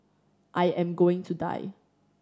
I am going to die